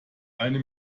eine